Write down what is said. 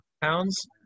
pounds